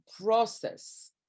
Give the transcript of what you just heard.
process